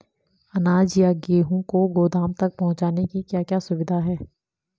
अनाज या गेहूँ को गोदाम तक पहुंचाने की क्या क्या सुविधा है?